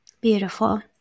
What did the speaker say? Beautiful